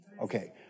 Okay